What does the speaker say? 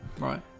right